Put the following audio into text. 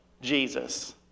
Jesus